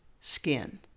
skin